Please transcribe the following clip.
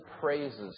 praises